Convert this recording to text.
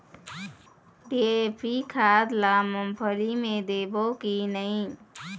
DAP खाद ला मुंगफली मे देबो की नहीं?